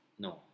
No